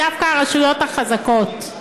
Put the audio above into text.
הן דווקא הרשויות החזקות.